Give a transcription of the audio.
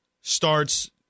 starts